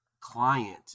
client